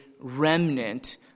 remnant